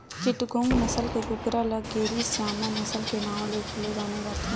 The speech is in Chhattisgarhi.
चिटगोंग नसल के कुकरा ल केरी स्यामा नसल के नांव ले घलो जाने जाथे